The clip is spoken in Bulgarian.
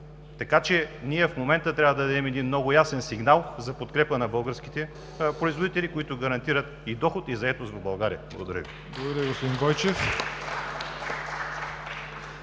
им. Ние в момента трябва да дадем много ясен сигнал за подкрепа на българските производители, които гарантират и доход, и заетост в България. Благодаря Ви.